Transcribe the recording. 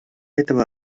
этого